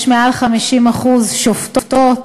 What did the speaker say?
יש מעל 50% שופטות,